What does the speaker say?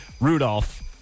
Rudolph